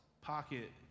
pocket